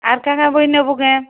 ଆର୍ କାଁ କାଁ ବହି ନବୁ କାଏଁ